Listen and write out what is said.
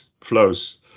flows